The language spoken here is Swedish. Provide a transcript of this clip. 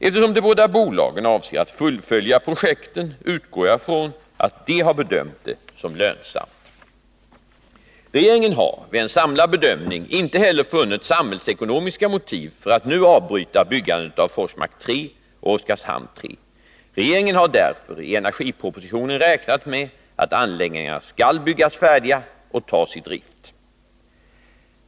Eftersom de båda bolagen avser att fullfölja projekten utgår jag ifrån att de har bedömt det som lönsamt. Regeringen har vid en samlad bedömning inte heller funnit samhällsekonomiska motiv för att nu avbryta byggandet av Forsmark 3 och Oskarshamn 3. Regeringen har därför i energipropositionen räknat med att anläggningarna skall byggas färdiga och tas i drift.